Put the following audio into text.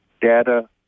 data